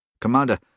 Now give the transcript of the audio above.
Commander